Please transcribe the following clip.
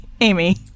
Amy